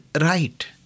right